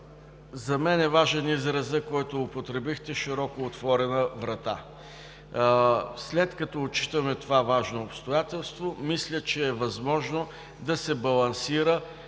За мен е важен изразът, който употребихте – „широко отворена врата“. След като отчитаме това важно обстоятелство, мисля, че е възможно да се балансира